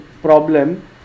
problem